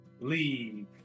Leave